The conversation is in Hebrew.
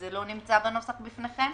זה לא נמצא בנוסח שבפניכם.